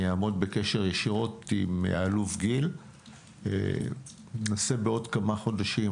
אני אעמוד בקשר ישיר עם האלוף גיל וננסה בעוד כמה חודשים,